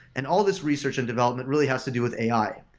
and all this research and development really has to do with ai.